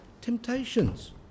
Temptations